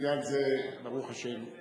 בעניין זה, ברוך השם,